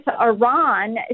Iran